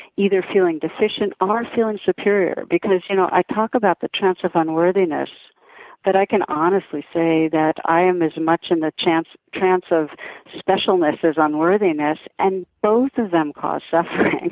either feeling deficient or feeling superior? because you know i talk about the trance of unworthiness but i can honestly say that i am as much in the trance trance of specialness as unworthiness and both of them cause suffering.